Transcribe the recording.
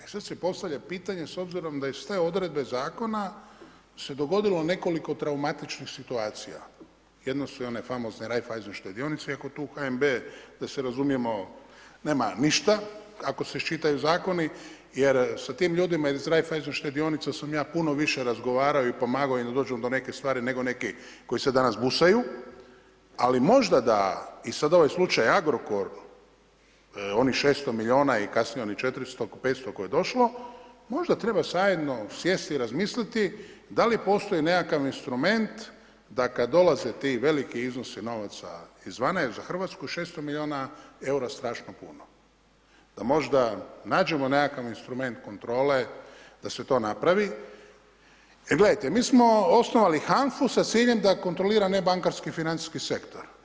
E sad se postavlja pitanje s obzirom da iz te odredbe zakona se dogodilo nekoliko traumatičnih situacija, jedno su one famozne Raiffeisen štedionice iako tu HNB da se razumijemo, nema ništa ako se iščitaju zakoni jer sa tim ljudima iz Raiffeisen štedionice sam ja puno više razgovarao i pomogao im da dođu do nekih stvari nego neki koji se danas busaju, ali možda da, i sad ovaj slučaj Agrokor, onih 600 milijuna i kasnije onih 400, 500 koje je došlo, možda treba zajedno sjesti i razmisliti da li postoji nekakav instrument da kad dolaze ti veliki iznosi novaca izvana je za Hrvatsku 600 milijuna eura strašno puno da možda nađemo nekakav instrument kontrole da se to napravi jer gledajte, mi smo osnovali HANFA-u sa ciljem da kontrolira ne bankarski financijski sektor.